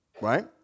right